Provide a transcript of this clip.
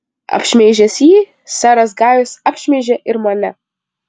apšmeižęs jį seras gajus apšmeižė ir mane